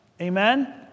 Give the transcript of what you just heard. Amen